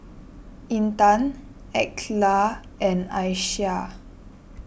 Intan Aqeelah and Aisyah